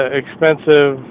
expensive